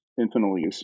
Infinitely